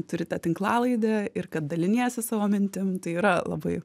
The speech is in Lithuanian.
turi tą tinklalaidę ir kad daliniesi savo mintim tai yra labai